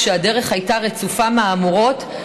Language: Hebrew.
כשהדרך הייתה רצופה מהמורות,